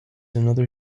another